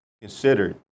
considered